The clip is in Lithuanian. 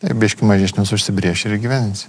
ir biški mažesnius užsibrėši ir įgyvendinsi